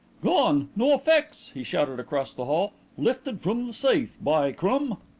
gone, no effects, he shouted across the hall. lifted from the safe by crumb!